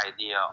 idea